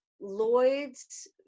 Lloyd's